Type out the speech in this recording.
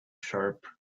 sharp